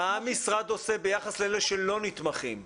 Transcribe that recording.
מה המשרד עושה ביחס לאלה שלא נתמכים?